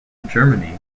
germany